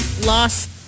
lost